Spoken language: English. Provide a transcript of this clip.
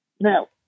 Now